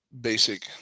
basic